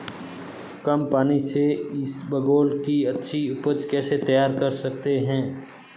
कम पानी से इसबगोल की अच्छी ऊपज कैसे तैयार कर सकते हैं?